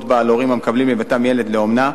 בה על הורים המקבלים לביתם ילד לאומנה.